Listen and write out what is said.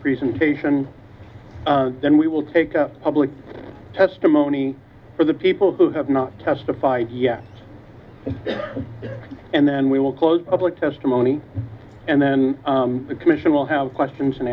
presentation then we will take public testimony from the people who have not testified and then we will close public testimony and then the commission will have questions and